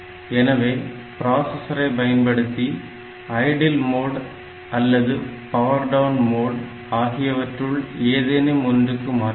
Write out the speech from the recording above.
எனவே பிராசஸரை பயன்படுத்தி ஐடில் மோட் அல்லது பவர் டவுன் மோட் ஆகியவற்றுள் ஏதேனும் ஒன்றுக்கு மாற்றலாம்